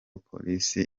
polisi